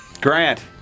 Grant